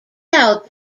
out